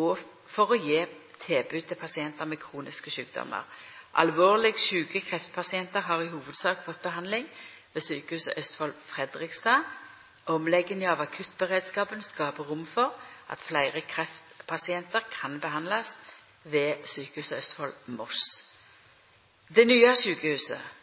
og for å gi tilbud til pasienter med kroniske sykdommer. Alvorlig syke kreftpasienter har i hovedsak fått behandling ved Sykehuset Østfold Fredrikstad. Omleggingen av akuttberedskapen skaper rom for at flere kreftpasienter kan behandles ved Sykehuset Østfold Moss. Det nye sykehuset,